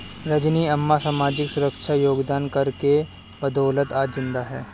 रजनी अम्मा सामाजिक सुरक्षा योगदान कर के बदौलत आज जिंदा है